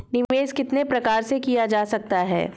निवेश कितनी प्रकार से किया जा सकता है?